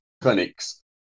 clinics